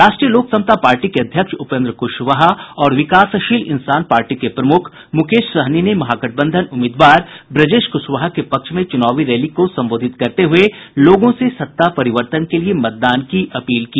राष्ट्रीय लोक समता पार्टी के अध्यक्ष उपेन्द्र कुशवाहा और विकासशील इंसान पार्टी के प्रमूख मुकेश सहनी ने महागठबंधन उम्मीदवार ब्रजेश क्शवाहा के पक्ष में चुनावी रैली को संबोधित करते हुए लोगों से सत्ता परिवर्तन के लिये मतदान की अपील की